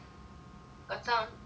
got sound ya